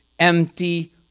Empty